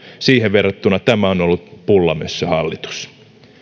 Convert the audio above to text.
siihen verrattuna tämä on ollut pullamössöhallitus